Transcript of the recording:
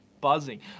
buzzing